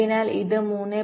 അതിനാൽ ഇത് 3